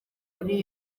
muri